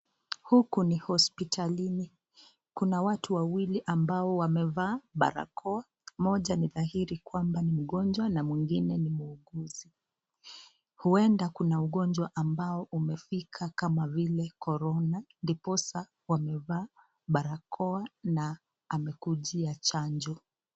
Huku ni hospitalini, kuna watu wawili amabo wamevaa barakoa , mmoja ni dhahiri kwamba ni mgonjwa na mwingine ni muuguzi. Huenda kuna ugonjwa ambao umefika kama vile korona , ndiposa wamevaa barakoa na amekujia chanjo.